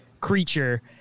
creature